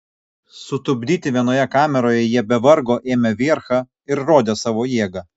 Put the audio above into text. sutupdyti vienoje kameroje jie be vargo ėmė vierchą ir rodė savo jėgą